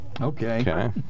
Okay